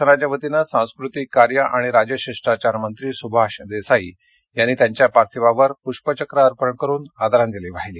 शासनाच्या वतीने सांस्कृतिक कार्य आणि राजशिष्टाचार मंत्री सुभाष देसाई यांनीत्यांच्या पार्थिवावर पुष्पचक्र अर्पण करून आदरांजली वाहिली